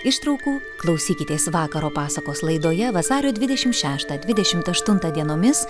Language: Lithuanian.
ištraukų klausykitės vakaro pasakos laidoje vasario dvidešimt šeštą dvidešimt aštuntą dienomis